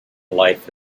life